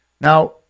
Now